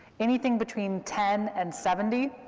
anything between ten and seventy,